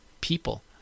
people